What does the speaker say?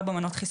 4 מנות.